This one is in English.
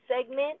segment